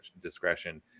discretion